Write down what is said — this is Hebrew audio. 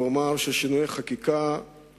ואומר לסיכום הנושא,